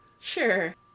Sure